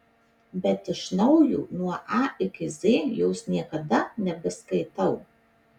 bet iš naujo nuo a iki z jos niekada nebeskaitau